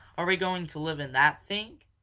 are we going to live in that thing?